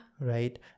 right